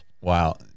wow